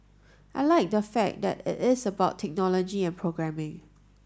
I like the fact that it is about technology and programming